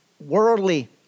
worldly